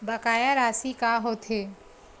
बकाया राशि का होथे?